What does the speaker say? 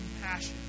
compassion